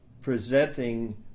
presenting